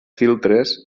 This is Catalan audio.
filtres